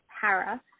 para